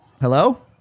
Hello